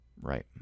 Right